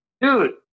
dude